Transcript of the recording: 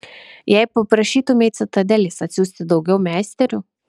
jei paprašytumei citadelės atsiųsti daugiau meisterių